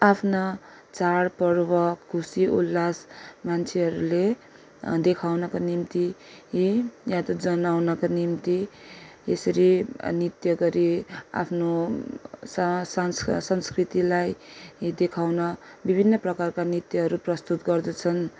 आफ्ना चाडपर्व खुसी उल्लास मान्छेहरूले देखाउका निम्ति यी या त जनाउनका निम्ति यसरी नृत्य गरी आफ्नो सा संस् संस्कृतिलाई देखाउन विभिन्न प्रकारका नृत्यहरू प्रस्तुत गर्दछन्